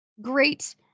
great